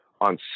on